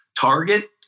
Target